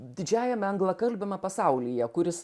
didžiajame anglakalbiame pasaulyje kuris